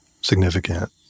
significant